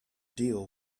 deal